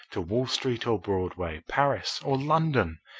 to wall street or broadway, paris or london.